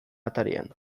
atarian